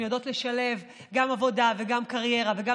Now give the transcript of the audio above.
הן יודעות לשלב גם עבודה וגם קריירה וגם